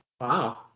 Wow